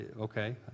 okay